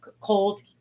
cold